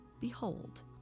behold